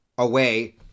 away